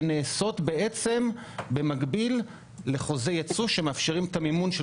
שנעשות בעצם במקביל לחוזי ייצוא שמאפשרים את המימון של